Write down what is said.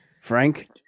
Frank